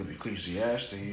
Ecclesiastes